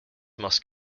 must